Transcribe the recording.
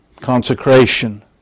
consecration